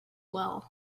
well